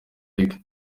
lick